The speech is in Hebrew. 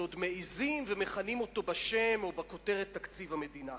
שעוד מעזים ומכנים אותו בשם או בכותרת "תקציב המדינה".